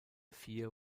vier